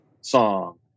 song